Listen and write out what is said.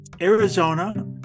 Arizona